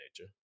nature